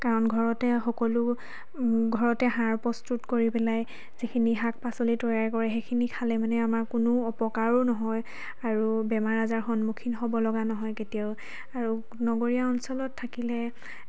কাৰণ ঘৰতে সকলো ঘৰতে সাৰ প্ৰস্তুত কৰি পেলাই যিখিনি শাক পাচলি তৈয়াৰ কৰে সেইখিনি খালে মানে আমাৰ কোনো অপকাৰো নহয় আৰু বেমাৰ আজাৰৰ সন্মুখীন হ'ব লগা নহয় কেতিয়াও আৰু নগৰীয়া অঞ্চলত থাকিলে